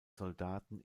soldaten